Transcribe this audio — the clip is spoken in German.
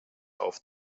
auf